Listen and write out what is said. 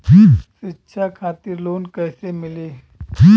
शिक्षा खातिर लोन कैसे मिली?